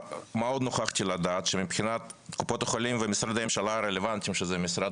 נוכחתי לדעת שמבחינת קופות החולים ומשרדי הממשלה הרלוונטיים שזה משרד